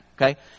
okay